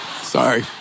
Sorry